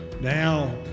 Now